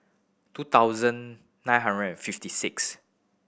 two thousand nine hundred and fifty six